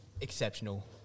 exceptional